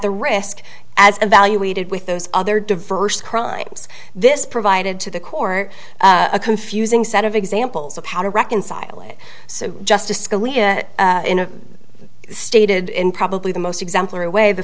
the risk as evaluated with those other diverse crimes this provided to the court a confusing set of examples of how to reconcile it so justice scalia in a stated probably the most exemplary way the